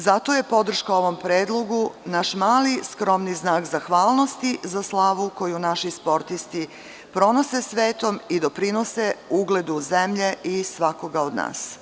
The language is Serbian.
Zato je podrška ovom predlogu naš mali, skromni znak zahvalnosti za slavu koji naši sportisti pronose svetom i doprinose ugledu zemlje i svakoga od nas.